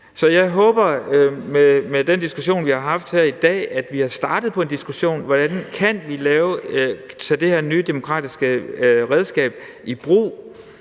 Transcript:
Så jeg håber med den diskussion, vi har haft her i dag, at vi har startet en diskussion om, hvordan vi kan tage det her nye demokratiske redskab i brug.